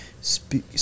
speak